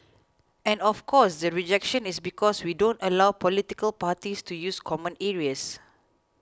and of course the rejection is because we don't allow political parties to use common areas